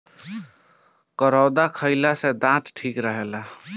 करौदा खईला से दांत ठीक रहेला